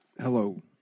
Hello